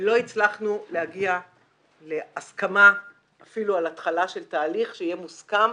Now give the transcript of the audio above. ולא הצלחנו להגיע להסכמה אפילו על התחלה של תהליך שיהיה מוסכם,